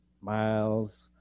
miles